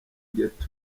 ghetto